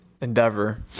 endeavor